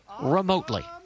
remotely